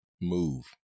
move